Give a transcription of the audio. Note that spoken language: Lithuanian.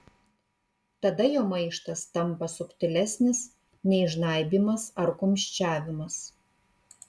tada jo maištas tampa subtilesnis nei žnaibymas ar kumščiavimas